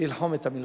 ללחום את המלחמות.